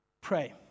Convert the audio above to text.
Pray